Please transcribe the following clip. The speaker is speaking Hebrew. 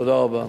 תודה רבה.